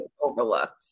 overlooked